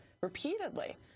repeatedly